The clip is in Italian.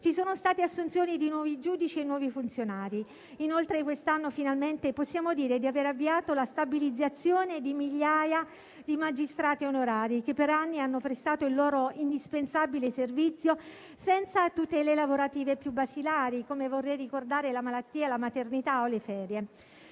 Ci sono state assunzioni di nuovi giudici e di nuovi funzionari. Inoltre quest'anno finalmente possiamo dire di aver avviato la stabilizzazione di migliaia di magistrati onorari, che per anni hanno prestato il loro indispensabile servizio senza le tutele lavorative più basilari, come la malattia, la maternità o le ferie.